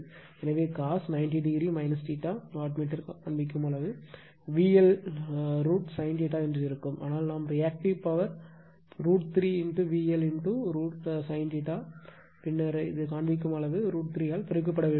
எனவே cos 90o watt meter காண்பிக்கும் அளவு VL √ sin இருக்கும் ஆனால் நம் ரியாக்ட்டிவ் பவர் √ 3 VL √ sin பின்னர் இந்த காண்பிக்கும் அளவு √ 3 ஆல் பெருக்கப்பட வேண்டும்